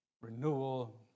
renewal